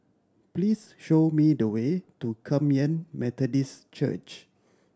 please show me the way to Kum Yan Methodist Church